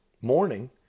morning